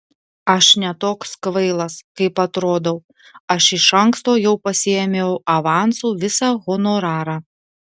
aš ne toks kvailas kaip atrodau aš iš anksto jau pasiėmiau avansu visą honorarą